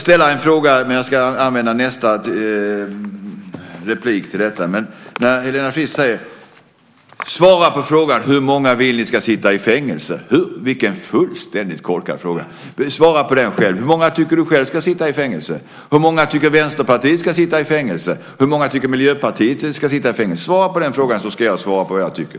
Helena Frisk säger: Svara på hur många ni vill ska sitta i fängelse. Vilken fullständigt korkad fråga. Svara på den själv. Hur många tycker du själv ska sitta i fängelse? Hur många tycker Vänsterpartiet ska sitta i fängelse? Hur många tycker Miljöpartiet ska sitta i fängelse? Svara på det, så ska jag svara vad jag tycker.